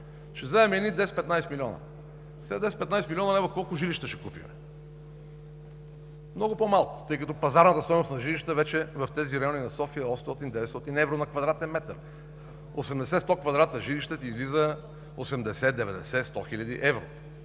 ще вземем едни 10 – 15 милиона. С 10 – 15 млн. евро колко жилища ще купим? Много по-малко, тъй като пазарната стойност на жилищата вече в тези райони на София е 800 – 900 евро на квадратен метър. 80 – 100 квадрата жилище ти излиза 80 – 90 – 100 хил. евро.